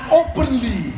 openly